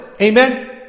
Amen